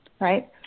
Right